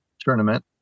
tournament